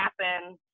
happen